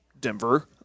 Denver